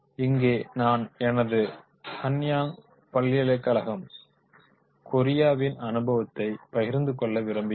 இங்கே நான் எனது ஹன்யாங் பல்கலைக்கழகம் கொரியாவின் அனுபவத்தை பகிர்ந்து கொள்ள விரும்புகிறேன்